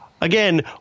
Again